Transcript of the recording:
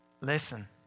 listen